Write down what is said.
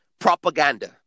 Propaganda